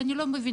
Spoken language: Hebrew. ואני לא מבינה.